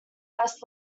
less